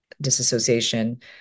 disassociation